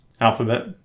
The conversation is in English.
Alphabet